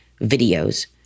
videos